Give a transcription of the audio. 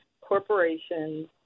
corporations